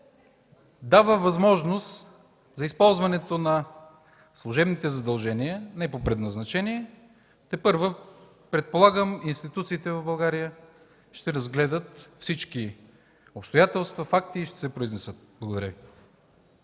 дава възможност за използването на служебните задължения не по предназначение. Тепърва, предполагам, институциите в България ще разгледат всички обстоятелства, факти и ще се произнесат. Благодаря